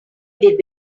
did